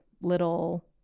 little